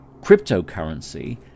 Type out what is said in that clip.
cryptocurrency